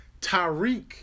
Tyreek